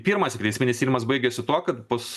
pirmas ikiteisminis tyrimas baigėsi tuo kad bus